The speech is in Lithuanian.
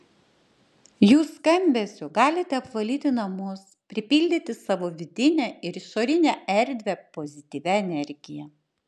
jų skambesiu galite apvalyti namus pripildyti savo vidinę ir išorinę erdvę pozityvia energija